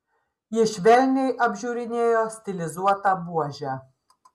ji švelniai apžiūrinėjo stilizuotą buožę